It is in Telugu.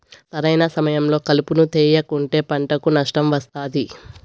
సరైన సమయంలో కలుపును తేయకుంటే పంటకు నష్టం వస్తాది